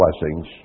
blessings